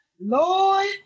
Lord